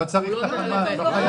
הפעולות האלה.